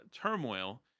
turmoil